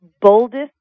boldest